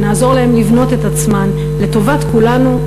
ונעזור להם לבנות את עצמן לטובת כולנו,